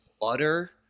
butter